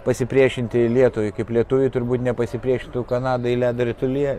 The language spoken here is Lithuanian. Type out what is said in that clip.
pasipriešinti tai kaip lietuviai turbūt nepasipriešintų kanadai ledo ritulyje